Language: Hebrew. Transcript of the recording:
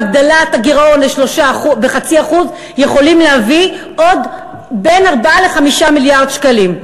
בהגדלת הגירעון ב-0.5% יכולים להביא עוד בין 4 ל-5 מיליארד שקלים.